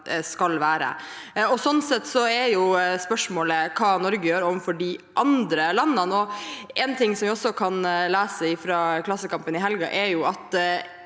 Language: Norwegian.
Sånn sett er spørsmålet hva Norge gjør overfor de andre landene. Én ting som vi også kan lese i Klassekampen i helgen, er at